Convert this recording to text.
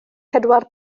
pedwar